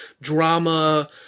drama